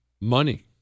money